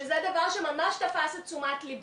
הם גם צריכים להמתין זמן בלתי